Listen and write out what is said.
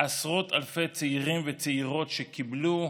עשרות אלפי צעירים וצעירת שקיבלו,